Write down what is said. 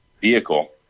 vehicle